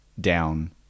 down